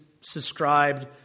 subscribed